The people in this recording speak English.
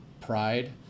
pride